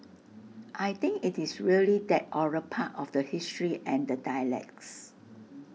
I think IT is really that oral part of the history and the dialects